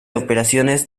operaciones